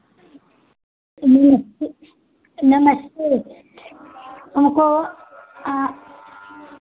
नमस्ते नमस्ते हमको आँ